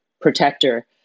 protector